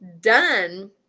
done